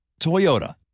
Toyota